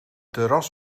terras